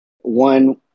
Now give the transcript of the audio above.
One